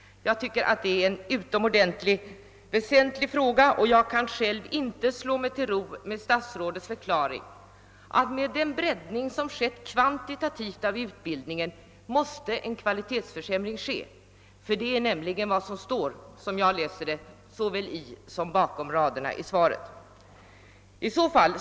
Jag tycker att det är utomordentligt väsentliga frågor, och jag kan inte slå mig till ro med statsrådets förklaring att med den breddning som skett kvantitativt av utbildningen måste en kvalitetsförsämring äga rum. Det är nämligen vad som står, såväl i som bakom raderna i svaret.